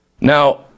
Now